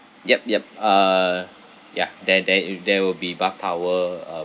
yup yup uh ya there there if there will be bath towel uh